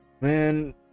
Man